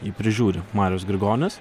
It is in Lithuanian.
jį prižiūri marius grigonis